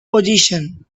position